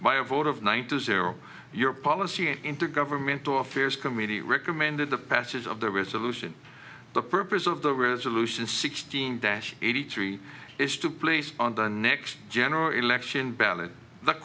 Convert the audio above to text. a vote of ninety zero your policy an intergovernmental affairs committee recommended the passage of the resolution the purpose of the resolution sixteen dash eighty three is to place on the next general election ball